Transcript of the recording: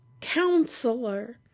counselor